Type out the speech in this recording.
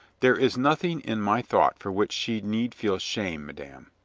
there is nothing in my thought for which she need feel shame, madame.